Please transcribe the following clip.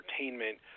entertainment